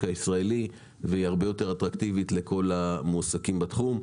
הישראלי והיא הרבה יותר אטרקטיבית לכל המועסקים בתחום.